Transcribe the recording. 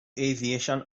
aviation